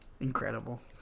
Incredible